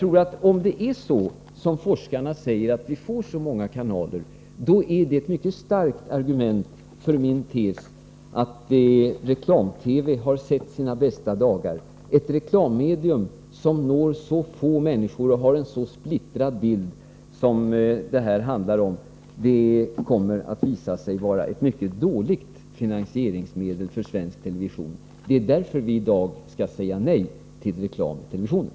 Om det är så, som forskarna säger, att vi får så många kanaler, då är det ett mycket starkt argument för min tes att reklam-TV har sett sina bästa dagar. Ett reklammedium som når så få människor och har en så splittrad bild som det här handlar om kommer att visa sig vara ett mycket dåligt finansieringsmedel för svensk television. Det är därför vi i dag skall säga nej till reklam i televisionen.